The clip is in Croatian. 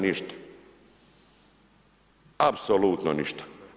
Ništa, apsolutno ništa.